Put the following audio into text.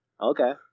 Okay